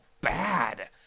bad